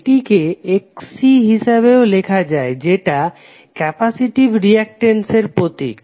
এটিকে Xc হিসাবেও লেখা যায় যেটা ক্যাপাসিটিভ রিয়েকটেন্স এর প্রতীক